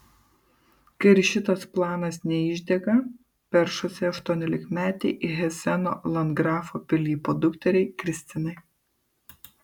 kai ir šitas planas neišdega peršasi aštuoniolikmetei heseno landgrafo pilypo dukteriai kristinai